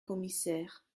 commissaire